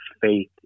faith